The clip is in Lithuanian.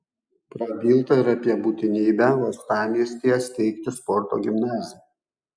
prabilta ir apie būtinybę uostamiestyje steigti sporto gimnaziją